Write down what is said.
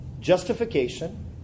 Justification